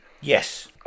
Yes